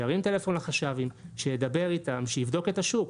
שירים טלפון לחש"בים, שידבר איתם, שיבדוק את השוק.